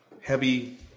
heavy